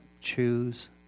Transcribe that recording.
choose